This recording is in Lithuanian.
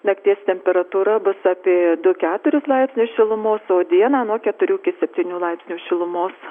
nakties temperatūra bus apie du keturis laipsnius šilumos o dieną nuo keturių iki septynių laipsnių šilumos